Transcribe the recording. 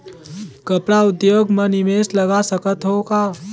कपड़ा उद्योग म निवेश लगा सकत हो का?